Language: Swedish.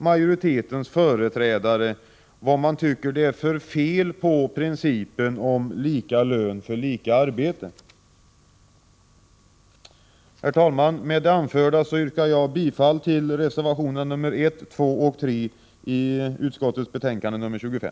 Med det anförda yrkar jag bifall till reservationerna nr 1, 2 och 3 i justitieutskottets betänkande nr 25.